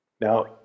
Now